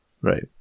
Right